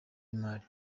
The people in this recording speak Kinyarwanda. y’imari